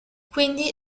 quindi